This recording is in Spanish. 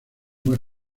más